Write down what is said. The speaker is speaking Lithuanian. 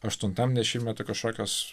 aštuntam dešimtmety kažkokios